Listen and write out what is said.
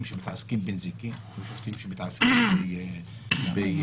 שמתעסקים בנזיקין ושופטים שמתעסקים במקרקעין.